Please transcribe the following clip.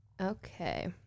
okay